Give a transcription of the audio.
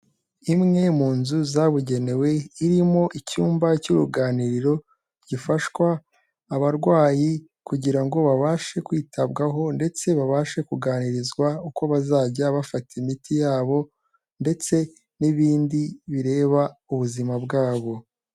Imwe mu nzu zabugenewe irimo icyumba cy'uruganiriro, gifasha abarwayi kugira ngo babashe kwitabwaho ndetse babashe kuganirizwa uko bazajya bafata imiti yabo ndetse n'ibindi bireba ubuzima bwabo.